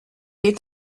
est